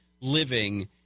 living